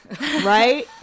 Right